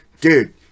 Dude